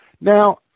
Now